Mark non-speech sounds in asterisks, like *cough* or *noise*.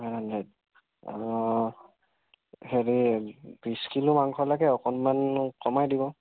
*unintelligible* অ' অ' হেৰি বিশ কিলো মাংস লাগে অকণমান কমাই দিব